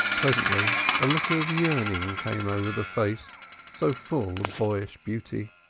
presently a look of yearning came over the face so full of boyish beauty.